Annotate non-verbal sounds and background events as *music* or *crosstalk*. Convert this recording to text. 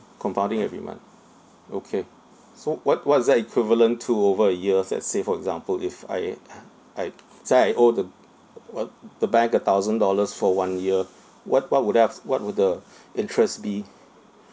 compounding every month okay so what what is that equivalent to over a years let's say for example if I *noise* I say I owe the b~ *noise* the bank a thousand dollars for one year what what would I have what would the interest be